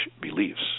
beliefs